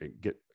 get